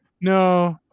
No